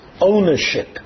ownership